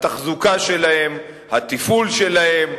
התחזוקה שלהן, התפעול שלהן,